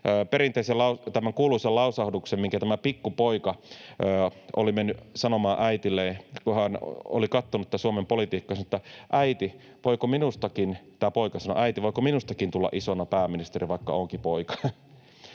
kuuluisan lausahduksen, minkä tämä pikkupoika oli mennyt sanomaan äidilleen, kun hän oli katsonut Suomen politiikkaa. Tämä poika sanoi: ”Äiti, voiko minustakin tulla isona pääministeri, vaikka olenkin poika?”